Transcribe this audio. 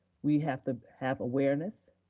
we have to have awareness,